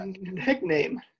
nickname